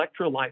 electrolytes